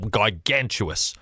gigantuous